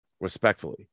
respectfully